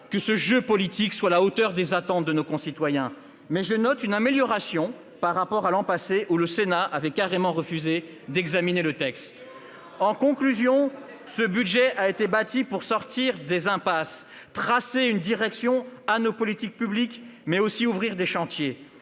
que ce jeu politique soit à la hauteur des attentes de nos concitoyens, mais je note une amélioration par rapport à l'an passé, où le Sénat avait carrément refusé d'examiner le texte. Vous n'étiez pas là ! Où étiez-vous ? En conclusion, je dirai que ce budget a été bâti pour sortir des impasses, tracer une direction à nos politiques publiques, mais aussi ouvrir des chantiers.